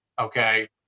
Okay